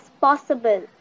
possible